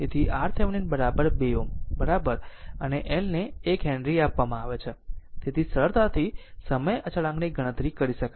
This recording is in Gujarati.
તેથી RThevenin 2 Ω બરાબર અને L ને 1 હેનરી આપવામાં આવે છે તેથી સરળતાથી સમય અચળાંકની ગણતરી કરી શકાય છે